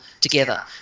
together